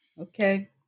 Okay